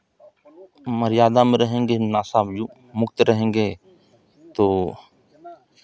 मर्यादा में रहेंगे नशा मुक्त रहेंगे तो